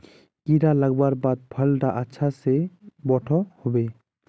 कीड़ा लगवार बाद फल डा अच्छा से बोठो होबे?